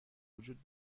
وجود